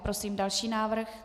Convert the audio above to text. Prosím další návrh.